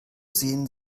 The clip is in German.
sehen